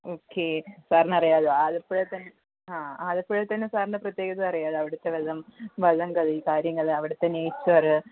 okay സാർനറിയാലോ ആലപ്പുഴേത്തന്നെ ആ ആലപ്പുഴയ്ത്തന്നെ സാറിന് പ്രത്യേകത അറിയാമല്ലോ അവിടത്തെ വെള്ളം വള്ളം കളി കാര്യങ്ങൾ അവിടത്തെ നേച്ചറ്